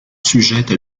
sujette